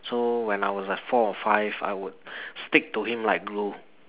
so when I was like four or five I would stick to him like glue